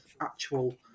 actual